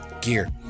gear